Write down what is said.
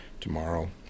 tomorrow